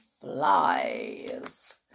flies